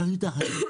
איך יתכן?